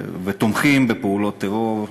ותומכים בפעולות טרור,